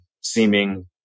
seeming